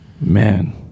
man